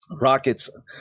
Rockets